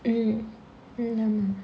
mm hmm ஆமா:aamaa